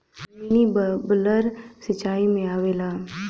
mini bubbler सिचाई में आवेला